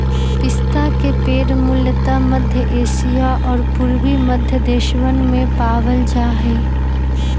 पिस्ता के पेड़ मूलतः मध्य एशिया और पूर्वी मध्य देशवन में पावल जा हई